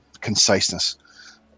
conciseness